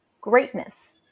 Greatness